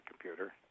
computer